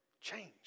change